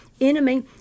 enemy